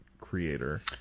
creator